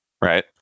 right